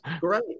great